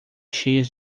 cheias